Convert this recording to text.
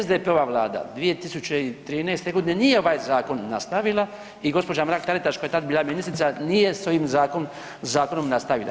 SDP-ova vlada 2013.g. nije ovaj zakon nastavila i gđa. Mrak Taritaš koja je tada bila ministrica nije s ovim zakonom nastavila.